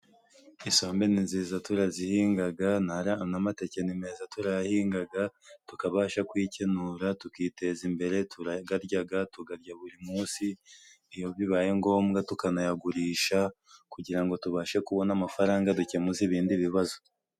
Isombe ni nziza, turazihingaga, n'amateke ni meza, turayahingaga, tukabasha kwikenura, tukiteza imbere, turagaryaga, tugarya buri munsi, iyo bibaye ngombwa tukanayagurisha, kugira ngo tubashe kubona amafaranga, dukemuza ibindi bibazo.